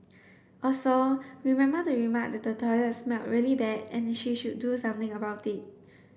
also remember to remark that the toilet smelled really bad and that she should do something about it